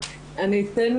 אני אתן,